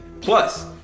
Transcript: Plus